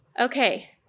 Okay